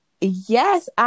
Yes